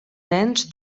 nens